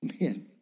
man